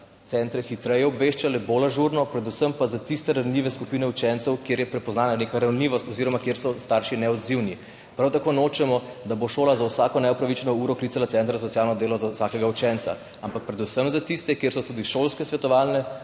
pouka hitreje obveščale, bolj ažurno, predvsem pa za tiste ranljive skupine učencev, kjer je prepoznana neka ranljivost oziroma kjer so starši neodzivni. Prav tako nočemo, da bo šola za vsako neopravičeno uro klicala centra za socialno delo za vsakega učenca, ampak predvsem za tiste, kjer so tudi šolske svetovalne